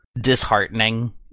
disheartening